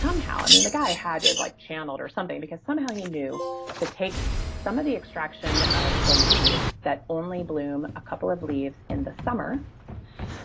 somehow, i mean, the guy had to have like channeled or something because somehow he knew to take some of the extraction of the leaves that only bloom a couple of leaves in the summer